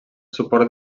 suport